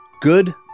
Good